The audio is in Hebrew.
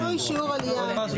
שינוי שיעור עלייה.